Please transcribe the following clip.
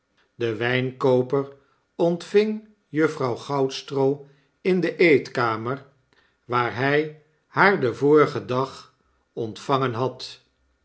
de wijnkooper ontving juffrouw goudstroo in de eetkamer waar hy haar den vorigen dag ontvangen had